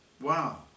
wow